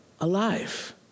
alive